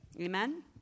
Amen